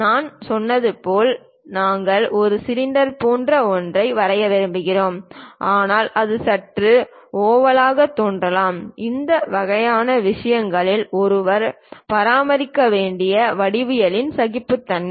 நான் சொன்னது போல் நாங்கள் ஒரு சிலிண்டர் போன்ற ஒன்றை வரைய விரும்புகிறோம் ஆனால் அது சற்று ஓவலாகத் தோன்றலாம் அந்த வகையான விஷயங்களும் ஒருவர் பராமரிக்க வேண்டிய வடிவியல் சகிப்புத்தன்மை